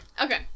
Okay